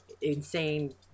insane